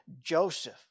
Joseph